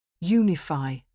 Unify